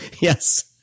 Yes